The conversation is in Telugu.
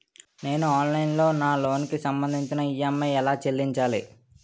నేను ఆన్లైన్ లో నా లోన్ కి సంభందించి ఈ.ఎం.ఐ ఎలా చెల్లించాలి?